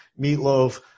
meatloaf